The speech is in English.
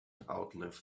outlive